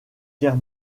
guerre